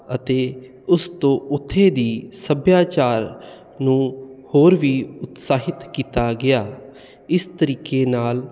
ਅਤੇ ਉਸ ਤੋਂ ਉੱਥੇ ਦੀ ਸੱਭਿਆਚਾਰ ਨੂੰ ਹੋਰ ਵੀ ਉਤਸਾਹਿਤ ਕੀਤਾ ਗਿਆ ਇਸ ਤਰੀਕੇ ਨਾਲ